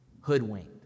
hoodwinked